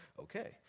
okay